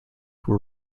were